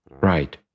Right